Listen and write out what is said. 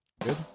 Good